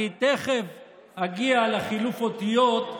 בחילוף אותיות זה, אני תכף אגיע לחילוף האותיות,